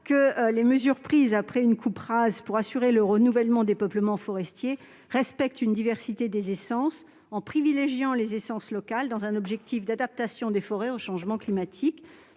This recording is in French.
que les mesures prises après une coupe rase pour assurer le renouvellement des peuplements forestiers respectent une diversité des essences, en privilégiant les essences locales, afin d'adapter les forêts au changement climatique.